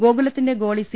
Goku ലത്തിന്റെ ഗോളി C